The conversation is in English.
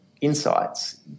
insights